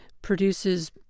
produces